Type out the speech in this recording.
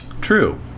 True